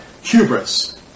hubris